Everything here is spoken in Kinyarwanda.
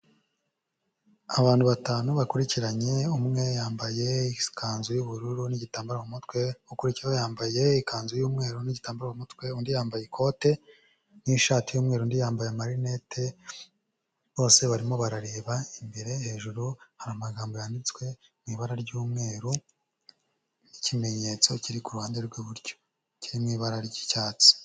Abantu batanu bakurikiranye, umwe yambaye ikanzu y'ubururu n'igitambaro mu mutwe, ukurikiyeho yambaye ikanzu y'umweru n'igitambaro mu mutwe, undi yambaye ikote n'ishati y'umweru, undi yambaye amarinete, bose barimo barareba imbere, hejuru hari amagambo yanditswe mu ibara ry'umweru n'ikimenyetso kiri ku ruhande rw'iburyo, kiri mu ibara ry'icyatsi.